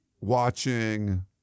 watching